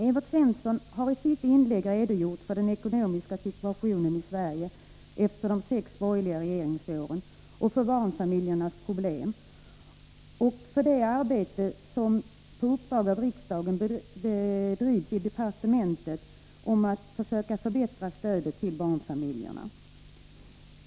Evert Svensson har i sitt inlägg redogjort för den ekonomiska situationen i Sverige efter de sex borgerliga regeringsåren, för barnfamljernas problem och för det arbete som på uppdrag av riksdagen bedrivs i departmentet för att försöka förbättra stödet till barnfamiljerna.